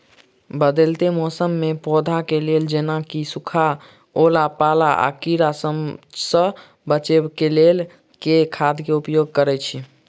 बदलैत मौसम मे पौधा केँ लेल जेना की सुखा, ओला पाला, आ कीड़ा सबसँ बचबई केँ लेल केँ खाद केँ उपयोग करऽ छी?